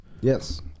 Yes